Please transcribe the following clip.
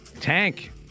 Tank